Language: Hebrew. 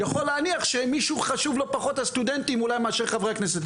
יכול להניח שלמישהו הסטודנטים חשובים פחות מאשר חברי הכנסת.